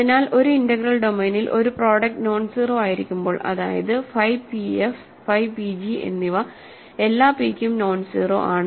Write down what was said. അതിനാൽ ഒരു ഇന്റഗ്രൽ ഡൊമെയ്നിൽ ഒരു പ്രോഡക്ട് നോൺസീറൊ ആയിരിക്കുമ്പോൾ അതായത്ഫൈ p fഫൈ pg എന്നിവ എല്ലാ pക്കും നോൺസീറൊ ആണ്